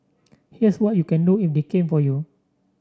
here's what you can do if they came for you